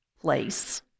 place